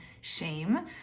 shame